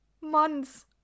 months